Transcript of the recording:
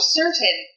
certain